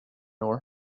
ore